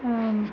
आम्